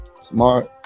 smart